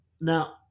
Now